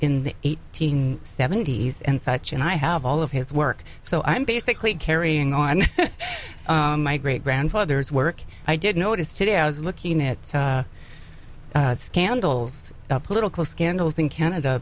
the eighteen seventies and such and i have all of his work so i'm basically carrying on my great grandfather's work i did notice today i was looking at scandals political scandals in canada